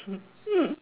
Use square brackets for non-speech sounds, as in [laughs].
[laughs]